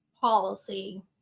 policy